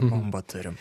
bombą turim